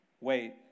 wait